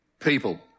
People